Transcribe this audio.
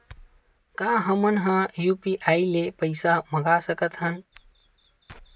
का हमन ह यू.पी.आई ले पईसा मंगा सकत हन?